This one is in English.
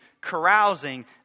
carousing